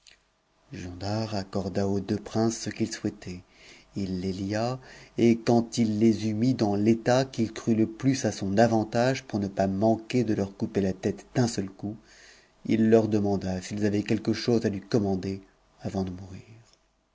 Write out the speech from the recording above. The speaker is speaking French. giondar accorda aux deux princes ce qu'ils souhaitaient il les lia et quand il les eut mis dans l'état qu'il crut le plus à son avantage po ne pas manquer de leur couper la tête d'un seul coup il leur deman a s'ils avaient quelque chose à lui commander avant de mourir